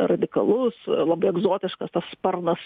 radikalus labai egzotiškas sparnas